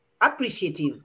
appreciative